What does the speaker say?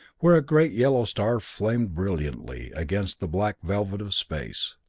where a great yellow star flamed brilliantly against the black velvet of space.